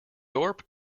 thorpe